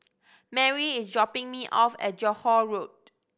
Marry is dropping me off at Johore Road